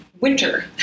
Winter